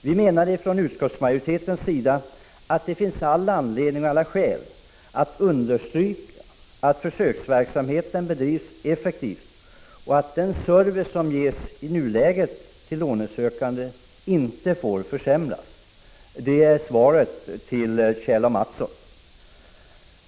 Vi menar från utskottsmajoritetens sida att det finns skäl att understryka att försöksverksamheten bedrivs effektivt och att den service som i nuläget ges till lånesökanden inte får försämras. Det är svaret till Kjell A. Mattsson.